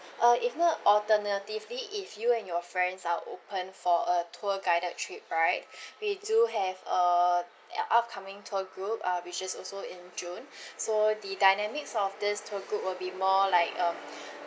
uh if not alternatively if you and your friends are open for a tour guided trip right we do have a upcoming tour group ah which is also in june so the dynamics of this tour group will be more like um